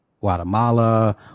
guatemala